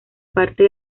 parte